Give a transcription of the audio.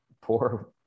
poor